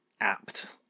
apt